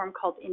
called